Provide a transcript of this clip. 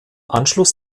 anschluss